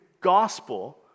gospel